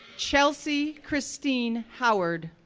chelsey christine howard,